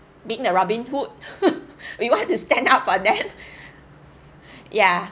being a robin hood we want to stand up for them ya